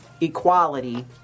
Equality